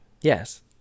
Yes